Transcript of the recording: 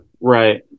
Right